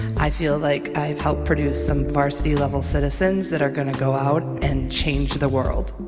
i feel like i've helped produce some varsity-level citizens that are going to go out and change the world.